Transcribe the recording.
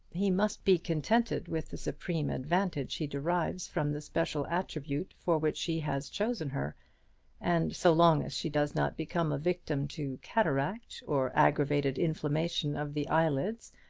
he must be contented with the supreme advantage he derives from the special attribute for which he has chosen her and so long as she does not become a victim to cataract, or aggravated inflammation of the eyelids,